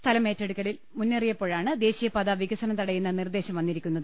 സ്ഥലം ഏറ്റെടുക്കലിൽ മുന്നേറിയപ്പോഴാണ് ദേശീയപാതാ വികസനം തടയുന്ന നിർദേശം വന്നിരിക്കുന്നത്